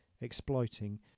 exploiting